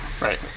Right